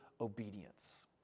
obedience